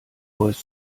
voice